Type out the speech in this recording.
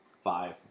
five